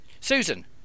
Susan